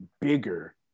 bigger